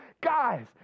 guys